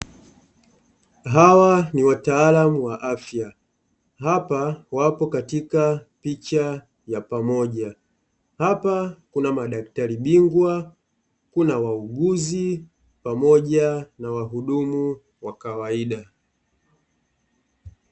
Hawa ni wataalamu wa afya. Hapa wako katika picha ya pamoja. Hapa kuna madaktari bingwa, kuna wauguzi pamoja na wahudumu wa kawaida.